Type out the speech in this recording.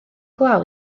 glaw